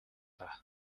даа